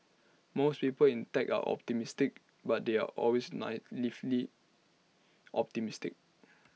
most people in tech are optimistic but they are always naively optimistic